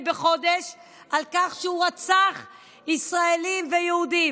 בחודש על כך שהוא רצח ישראלים ויהודים?